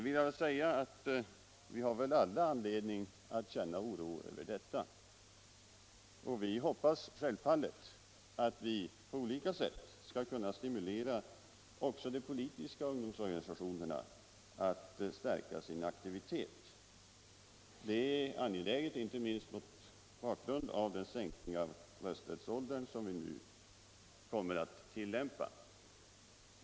Vi har väl alla anledning att känna oro över detta, och vi hoppas självfallet att vi på olika sätt skall kunna stimulera också de politiska ungdomsorganisationerna till att stärka sin aktivitet. Det är angeläget inte minst mot bakgrunden av den sänkning av rösträttsåldern som vi nu kommer att tillämpa.